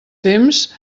temps